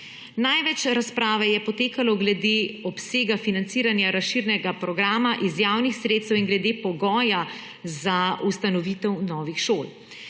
Največ razprave je potekalo glede obsega financiranja razširjenega programa iz javnih sredstev in glede pogoja za ustanovitev novih šol.